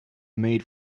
made